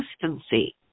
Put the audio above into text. consistency